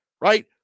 right